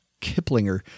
Kiplinger